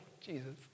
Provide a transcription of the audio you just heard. Jesus